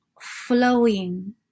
flowing